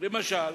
למשל